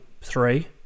three